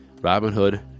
Robinhood